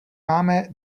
máme